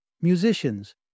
Musicians